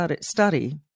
study